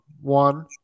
one